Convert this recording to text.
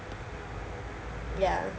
yeah